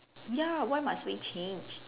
ya why must we change